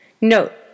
Note